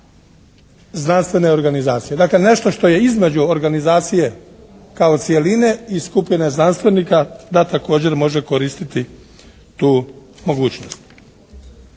znanstvene organizacije. Dakle, nešto što je između organizacije kao cjeline i skupine znanstvenika da također može koristiti tu mogućnost.